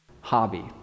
hobby